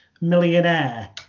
millionaire